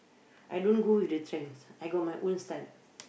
I don't go with the trend I got my own style